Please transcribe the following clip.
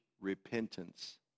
repentance